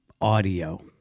audio